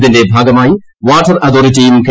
ഇതിന്റെ ഭാഗമായി വാട്ടർ അതോറിറ്റിയും കെ